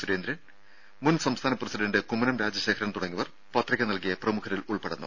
സുരേന്ദ്രൻ മുൻ സംസ്ഥാന പ്രസിഡന്റ് കുമ്മനം രാജശേഖരൻ തുടങ്ങിയവർ പത്രിക നൽകിയ പ്രമുഖരിൽ ഉൾപ്പെടുന്നു